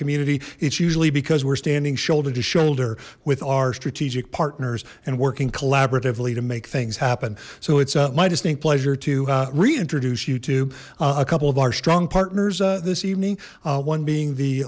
community it's usually because we're standing shoulder to shoulder with our strategic partners and working collaboratively to make things happen so it's a my distinct pleasure to reintroduce you to a couple of our strong partners this evening one being the